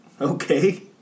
okay